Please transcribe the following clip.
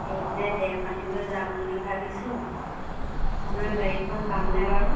সেইদিনাই দেওপানীলৈ যাম বুলি ভাবিছোঁ আপোনাৰ গাড়ীখন পামনে বাৰু